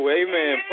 amen